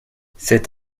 cet